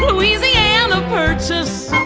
louisiana purchase.